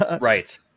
Right